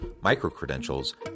micro-credentials